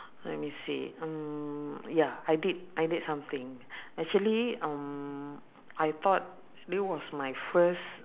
let me see um ya I did I did something actually um I thought because it was my first